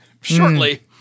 shortly